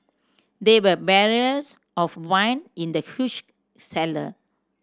there were barrels of wine in the huge cellar